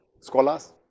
scholars